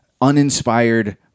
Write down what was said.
uninspired